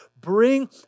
Bring